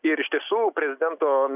ir iš tiesų prezidento